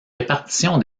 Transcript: répartition